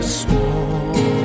small